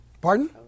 Pardon